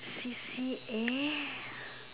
C_C_A